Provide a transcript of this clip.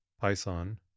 Python